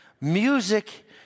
Music